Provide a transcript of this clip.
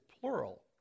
plural